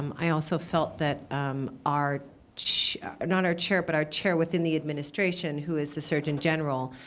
um i also felt that our chair not our chair, but our chair within the administration, who is the surgeon general,